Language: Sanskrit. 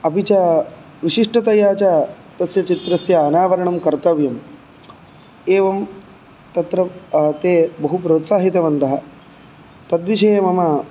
अपि च विशिष्टतया च तस्य चित्रस्य अनावरणं कर्तव्यं एवं तत्र ते बहु प्रोत्साहितवन्तः तद्विषये मम